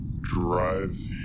drive